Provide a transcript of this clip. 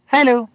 Hello